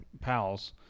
pals